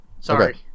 Sorry